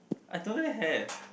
I don't have